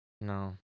No